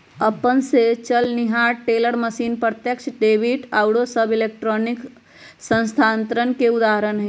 अपने स चलनिहार टेलर मशीन, प्रत्यक्ष डेबिट आउरो सभ इलेक्ट्रॉनिक स्थानान्तरण के उदाहरण हइ